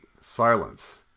silence